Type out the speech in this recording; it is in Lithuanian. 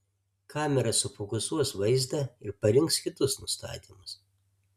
kamera sufokusuos vaizdą ir parinks kitus nustatymus